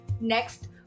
Next